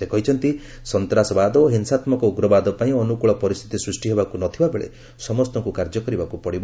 ସେ କହିଛନ୍ତି ସନ୍ତାସବାଦ ଓ ହିଂସାତ୍ମକ ଉଗ୍ରବାଦ ପାଇଁ ଅନୁକୂଳ ପରିସ୍ଥିତି ସୃଷ୍ଟି ହେବାକୁ ନଥିବା ବେଳେ ସମସ୍ତଙ୍କୁ କାର୍ଯ୍ୟ କରିବାକୁ ପଡ଼ିବ